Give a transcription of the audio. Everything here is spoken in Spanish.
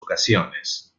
ocasiones